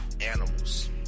Animals